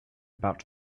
about